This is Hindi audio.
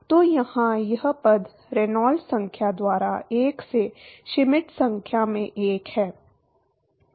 तो यहां यह पद रेनॉल्ड्स संख्या द्वारा 1 से श्मिट संख्या में 1 है